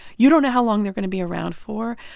you don't know how long they're going to be around for.